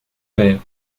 père